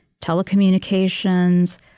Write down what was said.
telecommunications